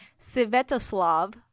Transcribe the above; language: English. Svetoslav